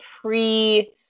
pre